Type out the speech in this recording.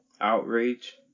outrage